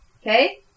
okay